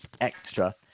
extra